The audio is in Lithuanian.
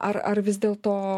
ar ar vis dėlto